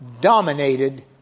dominated